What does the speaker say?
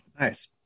Nice